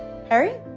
harry?